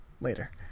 Later